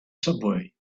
subway